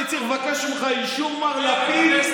אני צריך לבקש ממך אישור, מר לפיד?